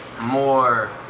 more